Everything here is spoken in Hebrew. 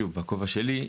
בכובע שלי,